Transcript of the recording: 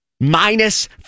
Minus